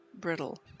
brittle